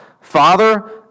Father